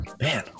Man